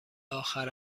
آخر